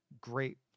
great